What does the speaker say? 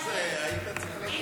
הסתכלתי